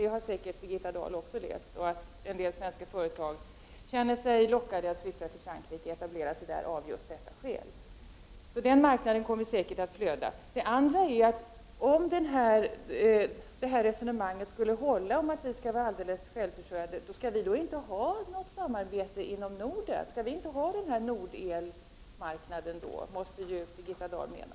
Det har säkert Birgitta Dahl också läst. En del svenska företag känner sig lockade att etablera sig i Frankrike av just detta skäl. Så den marknaden kommer säkert att flöda. Det andra är att om resonemanget att vi skall vara alldeles självförsörjande skall hålla, då skall vi inte ha något samarbete inom Norden. Skall vi alltså inte ha någon nordelmarknad? Det måste ju Birgitta Dahl mena.